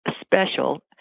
special